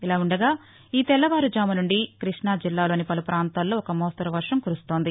ఇలాఉండగా ఈ తెల్లవారు ఝామునుండి కృష్ణాజిల్లాలోని పలు పాంతాల్లో ఒక మోస్తరు వర్షం కురుస్తోంది